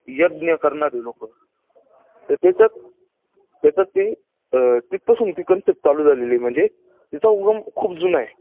यज्ञ करणारे लोकं तर त्याच्यात त्याच्यात ते तिथपासून ती कन्सेप्ट चालू झालेली आहे म्हणजे तिचा उगम खूप जुना आहे